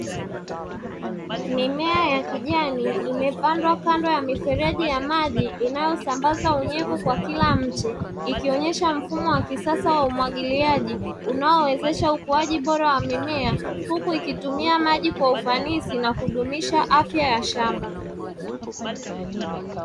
Mimea ya kijani imepandwa kando ya mifereji ya maji; inayosambaza unyevu kwa kila mche, ikionyesha mfumo wa kisasa wa umwagiliaji unaowezesha ukuaji bora wa mimea, huku ikitumia maji kwa ufanisi na kudumisha afya ya shamba.